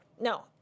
No